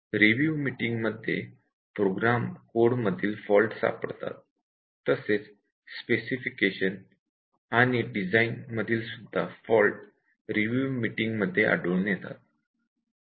review मीटिंगमध्ये program code specification आणि design मधील फॉल्ट आढळून येतात